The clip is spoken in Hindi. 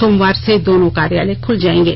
सोमवार से दोनों कार्यालय खूल जाएंगे